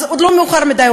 אז עוד לא מאוחר מדי.